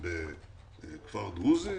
בכפר דרוזי